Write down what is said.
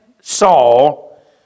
Saul